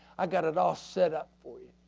i've got it all set up for you.